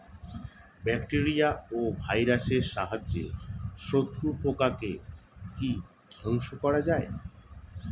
Bacteria ও ভাইরাসের সাহায্যে শত্রু পোকাকে কি ধ্বংস করা যায়?